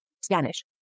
Spanish